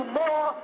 more